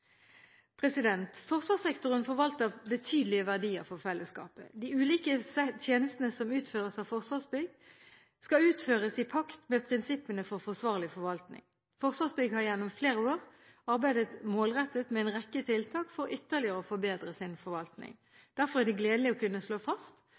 Forsvarssektoren forvalter betydelige verdier for fellesskapet. De ulike tjenestene som utføres av Forsvarsbygg, skal utføres i pakt med prinsippene for forsvarlig forvaltning. Forsvarsbygg har gjennom flere år arbeidet målrettet med en rekke tiltak for ytterligere å forbedre sin